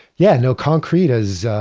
yeah, no, concrete has,